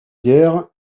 guerre